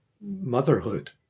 motherhood